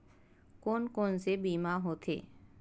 कोन कोन से बीमा होथे?